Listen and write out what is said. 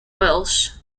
welsh